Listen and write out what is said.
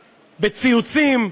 בציוצים,